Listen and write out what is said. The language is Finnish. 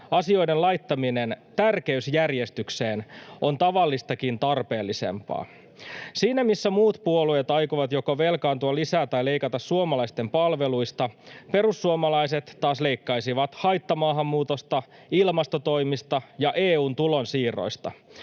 asioiden laittaminen tärkeysjärjestykseen on tavallistakin tarpeellisempaa. Siinä, missä muut puolueet aikovat joko velkaantua lisää tai leikata suomalaisten palveluista, perussuomalaiset leikkaisivat haittamaahanmuutosta, ilmastotoimista ja EU:n tulonsiirroista.